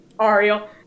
Ariel